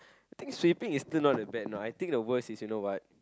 think sweeping is still not that bad know I think the worse is you know what